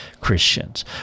Christians